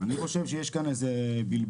חושב שיש בחוק הזה איזה בלבול.